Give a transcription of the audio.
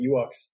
Ewoks